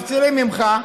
מפצירים בך: